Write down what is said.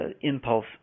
impulse